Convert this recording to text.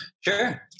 Sure